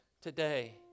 today